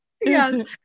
Yes